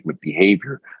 behavior